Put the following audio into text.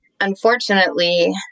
Unfortunately